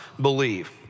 believe